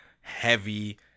Heavy